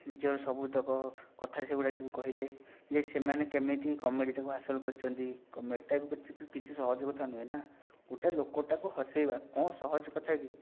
ନିଜର ସବୁତକ କଥା ସେଗୁଡ଼ା ସବୁ କହିଲେ ଯେ ସେମାନେ କେମିତି କମେଡ଼ିଟାକୁ ହାସଲ କରିଛନ୍ତି କମେଡ଼ିଟାକୁ କିଛି କି କିଛି ସହଜ କଥା ନୁହେଁ ନା ଗୋଟେ ଲୋକଟାକୁ ହସେଇବା କ'ଣ ସହଜ କଥା କି